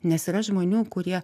nes yra žmonių kurie